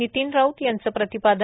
नितिन राऊत यांचं प्रतिपादन